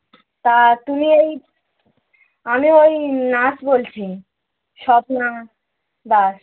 তা তুমি এই আমি ওই নার্স বলছি স্বপ্না দাস